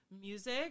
music